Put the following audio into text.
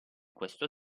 questo